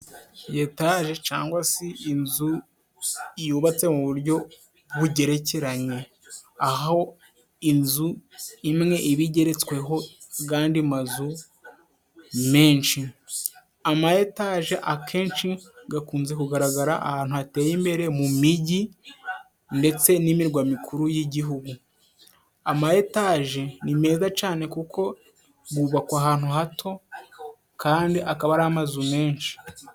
Etaje cyangwa se inzu yubatse mu buryo bugerekeranye aho inzu imwe iba igeretsweho agandi mazu menshi Amayetaje akenshi gakunze kugaragara ahantu hateye imbere mu mijyi ndetse n'imirwa mikuru y'igihugu. Ama etaje ni meza cyane kuko gubakwa ahantu hato kandi akaba ari amazu menshi.